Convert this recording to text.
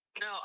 No